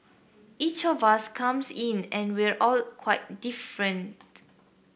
each of us comes in and we are all quite different